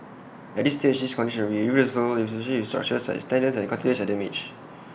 at this stage the contrary may resort especially if structures such as tendons and cartilage are damaged